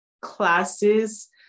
classes